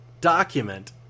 document